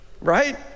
right